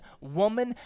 woman